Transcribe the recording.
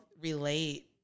relate